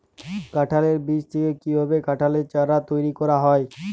কাঁঠালের বীজ থেকে কীভাবে কাঁঠালের চারা তৈরি করা হয়?